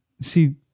See